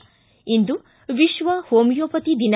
ಿ ಇಂದು ವಿಶ್ವ ಹೊಮಿಯೋಪತಿ ದಿನ